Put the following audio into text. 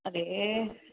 अरे